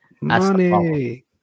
Money